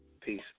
Peace